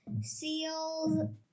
seals